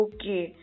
Okay